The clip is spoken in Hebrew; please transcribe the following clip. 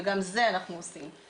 וגם זה אנחנו עושים.